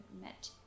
met